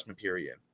period